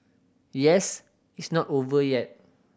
yes it's not over yet